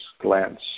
glance